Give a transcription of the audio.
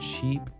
cheap